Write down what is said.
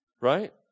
Right